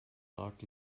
mark